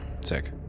sick